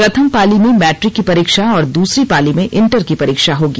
प्रथम पाली में मैट्रिक की परीक्षा और दूसरी पाली में इंटर की परीक्षा होगी